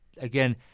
Again